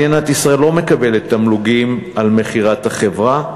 מדינת ישראל לא מקבלת תמלוגים על מכירת החברה,